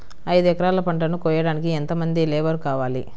ఐదు ఎకరాల పంటను కోయడానికి యెంత మంది లేబరు కావాలి?